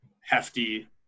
hefty